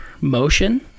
motion